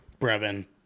Brevin